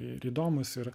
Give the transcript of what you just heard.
ir įdomūs ir